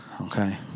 Okay